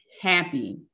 happy